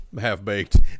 Half-Baked